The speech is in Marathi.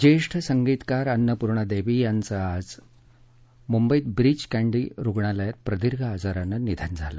ज्येष्ठ संगीतकार अन्नपूर्णादेवी यांचं आज मुंबईत ब्रीच कँडी रुग्णालयात प्रदीर्घ आजारानं निधन झालं